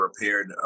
repaired